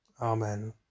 Amen